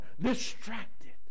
distracted